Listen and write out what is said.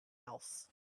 else